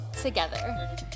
together